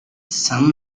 some